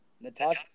Natasha